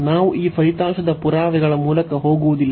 ನಾವು ಈ ಫಲಿತಾಂಶದ ಪುರಾವೆಗಳ ಮೂಲಕ ಹೋಗುವುದಿಲ್ಲ